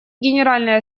генеральной